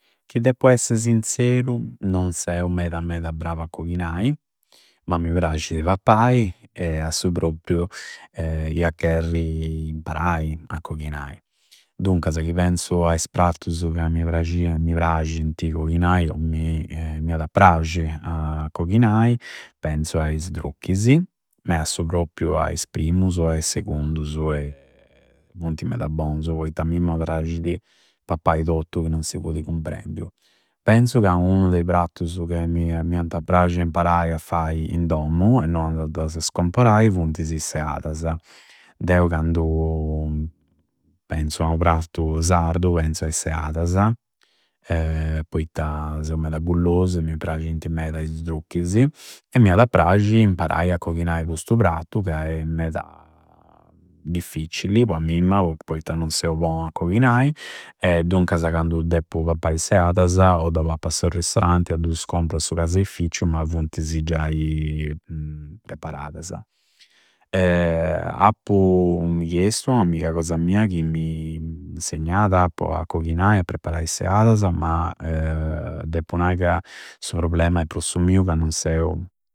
Chi deppu esse sinzeru, non seu meda meda bravu a coghinai, ma mi prascidi pappai e a su propriu ia a cherri imparai a coghinai. Duncasa chi pensu a is prattusu ca mi prascia, mi prascindi coghinai mi ada a prasci coghinai, penzu a is drucchisi, ma a su propriu a is primusu e a i secundusu funti meda bousu poitta a mimma prascidi pappai tottu chi non si fudi cumprendiu. Pensu ca unu de i prattusu m'ianta a prasci a imparai a fai in dommu e non a dasa comporai, funtisi is seadasa. Deu candu penzu a u prattu sardu, pensu a is seadasa, poitta seu meda gullosu e mi prghinti medasa is drucchisi e m'iada prasci imparai a coghinai custu prattua ca è meda difficili po a mimma poitta non seu bou a coghinai. Duncasa candu deppu pappai is seadasa o da pappu a su ristoranti o dus compru a su caseificiu ma funtisi gia preparadasa. Appu chiestu a ua amiga cosa mia chi mi insegnada po a caoghina e preparai i seadasa ma deppu nai ca su problema è pru su miu ca non seu.